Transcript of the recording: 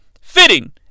fitting